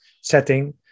setting